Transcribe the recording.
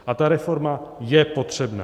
A ta reforma je potřebná.